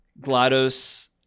Glados